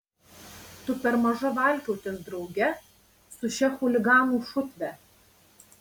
tu per maža valkiotis drauge su šia chuliganų šutve